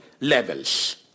levels